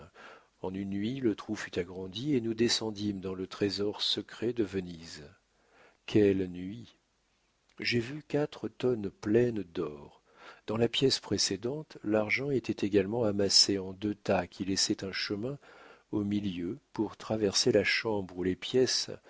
en une nuit le trou fut agrandi et nous descendîmes dans le trésor secret de venise quelle nuit j'ai vu quatre tonnes pleines d'or dans la pièce précédente l'argent était également amassé en deux tas qui laissaient un chemin au milieu pour traverser la chambre où les pièces